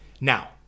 Now